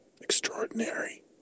Extraordinary